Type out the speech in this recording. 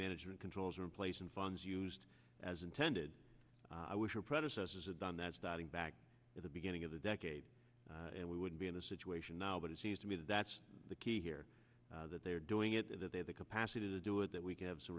management controls are in place and funds used as intended i wish her predecessors had done that starting back at the beginning of the decade and we would be in a situation now but it seems to me that that's the key here that they are doing it and that they have the capacity to do it that we can have some